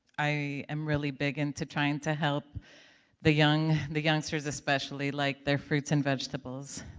i am really big into trying to help the young the youngsters, especially, like their fruits and vegetables,